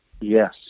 Yes